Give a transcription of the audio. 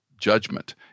judgment